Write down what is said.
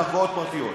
הן קרקעות פרטיות.